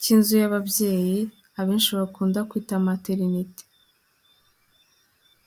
cy'inzu y'ababyeyi abenshi bakunda kwita materinete.